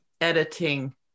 editing